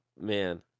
man